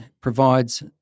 provides